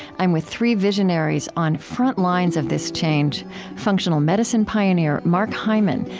i'm with three visionaries on front lines of this change functional medicine pioneer mark hyman,